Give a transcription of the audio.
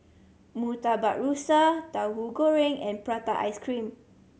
Murtabak Rusa Tahu Goreng and prata ice cream